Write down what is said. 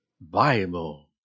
Bible